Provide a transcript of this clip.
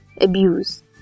abuse